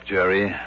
Jerry